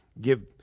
Give